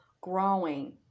growing